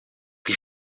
wie